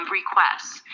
requests